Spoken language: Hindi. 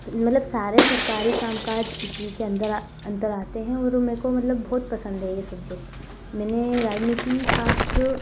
मतलब सारे सरकारी काम काज इसी के अंदर आते हैं और मुझको मतलब बहुत पसंद है यह सब्जेक्ट मैंने राजनीति शास्त्र